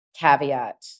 Caveat